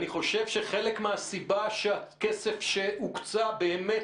אני חושב שחלק מהסיבה שהכסף שהוקצה באמת